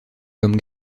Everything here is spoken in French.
comme